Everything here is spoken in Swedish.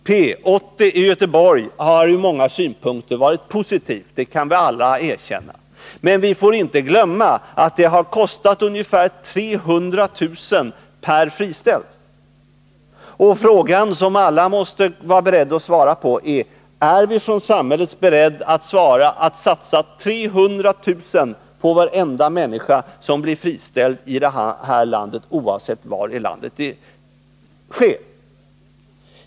P 80 i Göteborg har ur många synpunkter varit positivt — det kan vi alla erkänna. Men vi får inte glömma att det har kostat ungefär 300 000 kr. per friställd. Den fråga som alla måste vara beredda att svara på är denna: Är samhället berett att satsa 300 000 kr. på varenda människa som blir friställd i det här landet, oavsett var i landet det sker?